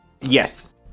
Yes